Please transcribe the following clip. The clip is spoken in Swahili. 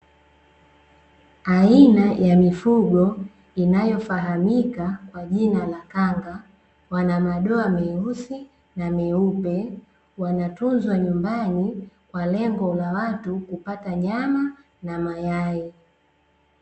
Aina ya mifugo inayofahamika kwa jina la kanga, wana madoa meusi na meupe. Wanatunzwa nyumbani kwa lengo la watu kupata nyama na mayai.